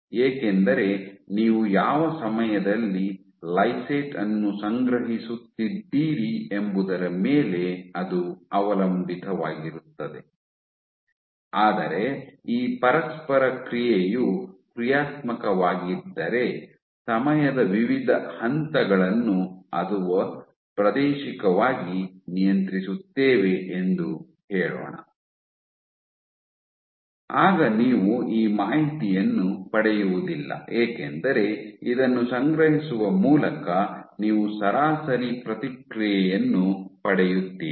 ಏಕೆಂದರೆ ನೀವು ಯಾವ ಸಮಯದಲ್ಲಿ ಲೈಸೇಟ್ ಅನ್ನು ಸಂಗ್ರಹಿಸುತ್ತಿದ್ದೀರಿ ಎಂಬುದರ ಮೇಲೆ ಅದು ಅವಲಂಬಿತವಾಗಿರುತ್ತದೆ ಆದರೆ ಈ ಪರಸ್ಪರ ಕ್ರಿಯೆಯು ಕ್ರಿಯಾತ್ಮಕವಾಗಿದ್ದರೆ ಸಮಯದ ವಿವಿಧ ಹಂತಗಳನ್ನು ಅಥವಾ ಪ್ರಾದೇಶಿಕವಾಗಿ ನಿಯಂತ್ರಿಸುತ್ತೇವೆ ಎಂದು ಹೇಳೋಣ ಆಗ ನೀವು ಈ ಮಾಹಿತಿಯನ್ನು ಪಡೆಯುವುದಿಲ್ಲ ಏಕೆಂದರೆ ಇದನ್ನು ಸಂಗ್ರಹಿಸುವ ಮೂಲಕ ನೀವು ಸರಾಸರಿ ಪ್ರತಿಕ್ರಿಯೆಯನ್ನು ಪಡೆಯುತ್ತೀರಿ